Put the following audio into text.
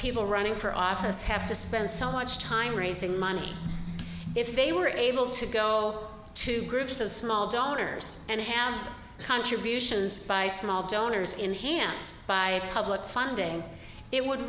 people running for office have to spend so much time raising money if they were able to go to groups of small donors and have contributions by small donors enhanced by public funding it would